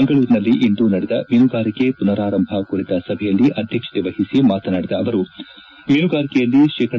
ಮಂಗಳೂರಿನಲ್ಲಿಂದು ನಡೆದ ಮೀನುಗಾರಿಕೆ ಪುನರಾರಂಭ ಕುರಿತ ಸಭೆಯಲ್ಲಿ ಅಧ್ಯಕ್ಷತೆ ವಹಿಸಿ ಮಾತನಾಡಿದ ಅವರು ಮೀನುಗಾರಿಕೆಯಲ್ಲಿ ಶೇಕಡ